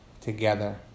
together